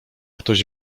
ktoś